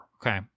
Okay